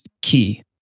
key